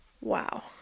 Wow